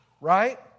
right